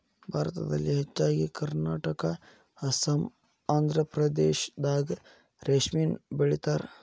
ಭಾರತದಲ್ಲಿ ಹೆಚ್ಚಾಗಿ ಕರ್ನಾಟಕಾ ಅಸ್ಸಾಂ ಆಂದ್ರಪ್ರದೇಶದಾಗ ರೇಶ್ಮಿನ ಬೆಳಿತಾರ